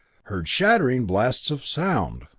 heard shattering blasts of sound.